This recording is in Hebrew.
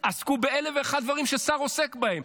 עסקו באלף ואחד דברים ששר עוסק בהם.